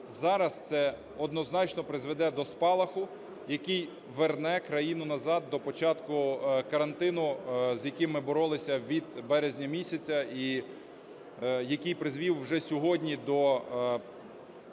Зараз це однозначно призведе до спалаху, який верне країну назад, до початку карантину, з яким ми боролися від березня місяця і який призвів вже сьогодні до того